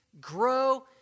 grow